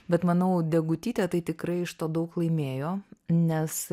bet manau degutytė tai tikrai iš to daug laimėjo nes